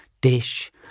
dish